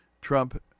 Trump